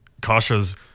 Kasha's